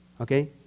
Okay